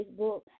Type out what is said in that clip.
Facebook